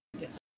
Yes